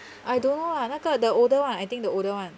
I don't know lah 那个 the older [one] I think the older [one]